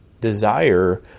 desire